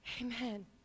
Amen